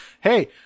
hey